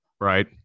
Right